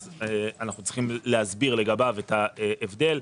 אז אנחנו צריכים להסביר לגביו את ההבדל.